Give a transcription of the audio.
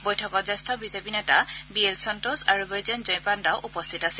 বৈঠকত জ্যেষ্ঠ বিজেপি নেতা বি এল সন্তোষ আৰু বৈজয়ন্ত জয় পাণ্ডাও উপস্থিত আছিল